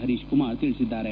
ಹರೀಶ್ ಕುಮಾರ್ ತಿಳಿಸಿದ್ದಾರೆ